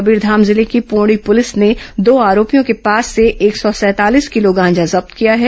कबीरधाम जिले की पोंड़ी प्रलिस ने दो आरोपियों के पास से एक सौ सैंतालीस किलो गांजा जब्त किया है